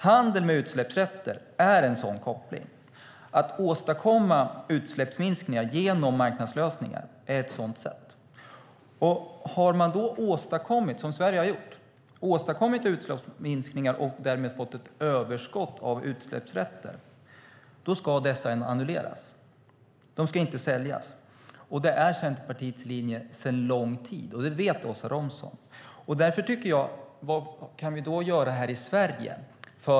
Handel med utsläppsrätter är en sådan koppling. Att åstadkomma utsläppsminskningar genom marknadslösningar är ett sådant sätt. Har man, som Sverige, åstadkommit utsläppsminskningar och därmed fått ett överskott på utsläppsrätter ska dessa annulleras; de ska inte säljas. Det är Centerpartiets linje sedan en lång tid tillbaka. Det vet Åsa Romson. Vad kan vi då göra här i Sverige?